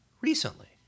recently